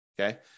Okay